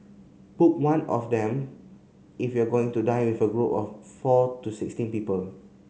book one of them if you are going to dine with a group of four to sixteen people